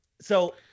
So-